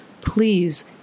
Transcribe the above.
please